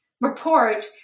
report